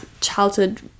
childhood